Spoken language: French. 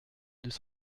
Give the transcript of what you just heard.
deux